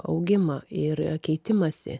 augimą ir keitimąsi